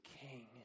king